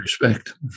respect